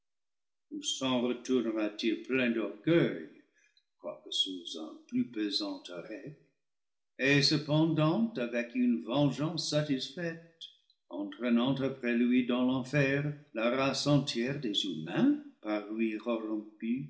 plein d'orgueil quoique sous un plus pesant arrêt et cependant avec une vengeance satisfaite entraînant après lui dans l'enfer la race entière des humains par lui